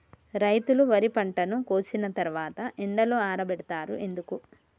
రైతులు వరి పంటను కోసిన తర్వాత ఎండలో ఆరబెడుతరు ఎందుకు?